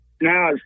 Now